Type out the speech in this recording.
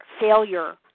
failure